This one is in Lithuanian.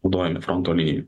naudojami fronto lyjai